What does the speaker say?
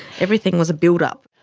everything was a build-up.